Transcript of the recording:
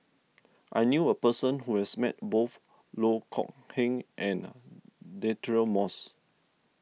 I knew a person who has met both Loh Kok Heng and Deirdre Moss